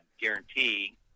guarantee